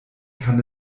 kann